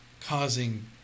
causing